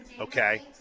Okay